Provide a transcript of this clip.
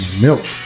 milk